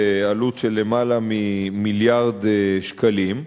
בעלות של למעלה ממיליארד שקלים.